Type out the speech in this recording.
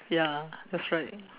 ya that's right